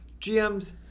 GMs